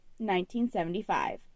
1975